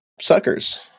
suckers